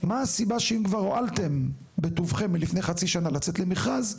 מה הסיבה שאם כבר הואלתם בטובכם לפני חצי שנה לצאת למכרז,